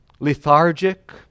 lethargic